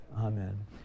Amen